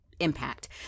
impact